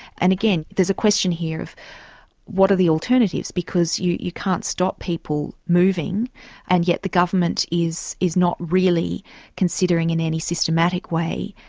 and again, there's a question here of what are the alternatives, because you you can't stop people moving and yet the government is is not really considering in any systematic way,